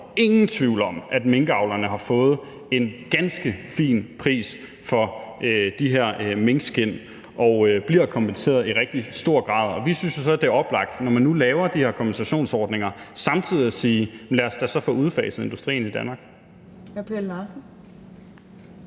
ingen tvivl om, at minkavlerne har fået en ganske fin pris for de her minkskind og bliver kompenseret i rigtig høj grad. Vi synes jo så, at det, når man nu laver de her kompensationsordninger, er oplagt samtidig at sige: Jamen lad os da få udfaset den industri i Danmark. Kl. 16:23 Fjerde